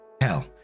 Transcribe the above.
Hell